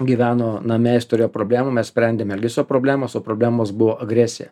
gyveno name jis turėjo problemų mes sprendėm elgesio problemas o problemos buvo agresija